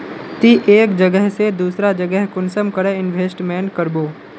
ती एक जगह से दूसरा जगह कुंसम करे इन्वेस्टमेंट करबो?